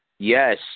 Yes